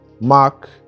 Mark